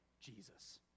Jesus